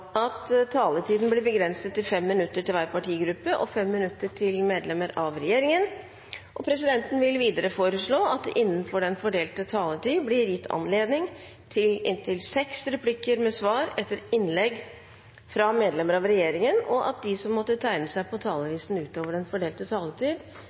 at taletiden blir begrenset til 5 minutter til hver partigruppe og 5 minutter til medlemmer av regjeringen. Videre vil presidenten foreslå at det blir gitt anledning til inntil seks replikker med svar etter innlegg fra medlemmer av regjeringen innenfor den fordelte taletid, og at de som måtte tegne seg på